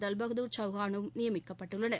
தல்பகதூர் சவுகானும் நியமிக்கப்பட்டுள்ளனர்